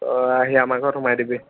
তই আহি আমাৰ ঘৰত সোমাই দিবি